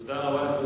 תודה רבה לחבר